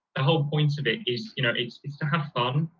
ah whole point of it is you know it is to have fun.